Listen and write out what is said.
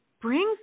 brings